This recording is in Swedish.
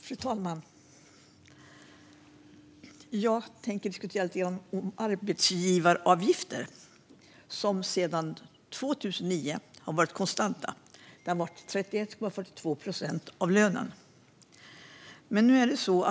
Fru talman! Jag tänker diskutera arbetsgivaravgifter, som sedan 2009 har legat konstant på 31,42 procent av lönen.